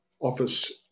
office